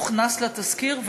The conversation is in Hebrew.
זה הוכנס לתזכיר,